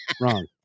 Wrong